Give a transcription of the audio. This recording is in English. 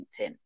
LinkedIn